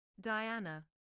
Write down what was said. Diana